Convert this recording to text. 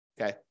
Okay